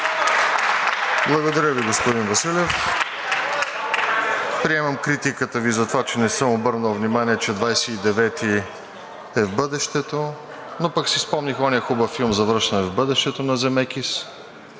Благодаря Ви, господин Василев. Приемам критиката Ви за това, че не съм обърнал внимание, че 29-и е в бъдещето, но пък си спомних онзи хубав филм „Завръщане в бъдещето“ на Земекис.